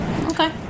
okay